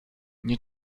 nie